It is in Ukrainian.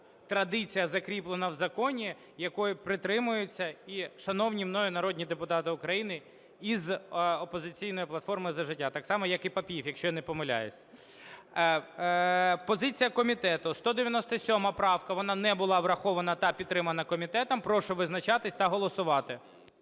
традиція, закріплена в законі, якої притримуються і шановні мною народні депутати України із "Опозиційної платформи – За життя", так само як і Папієв, якщо я не помиляюся. Позиція комітету: 197 правка вона не була врахована та підтримана комітетом. Прошу визначатись та голосувати.